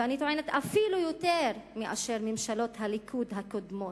ואני טוענת שאפילו יותר מאשר ממשלות הליכוד הקודמות.